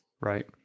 right